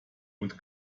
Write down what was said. und